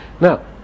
Now